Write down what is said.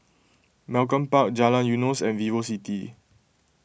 Malcolm Park Jalan Eunos and VivoCity